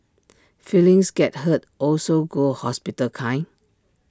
feelings get hurt also go hospital kind